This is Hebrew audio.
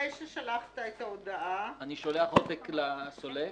אני שולח עותק לסולק